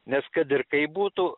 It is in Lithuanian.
nes kad ir kaip būtų